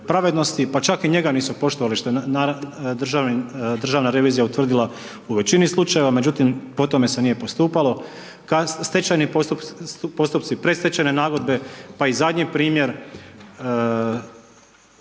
pravednosti, pa čak i njega nisu poštovali što je Državna revizija utvrdila u veći slučajeva, međutim po tome se nije postupalo, stečajni postupci, predstečajne nagodbe, pa i zadnji primjer